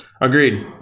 Agreed